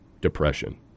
depression